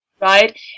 right